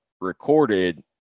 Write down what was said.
recorded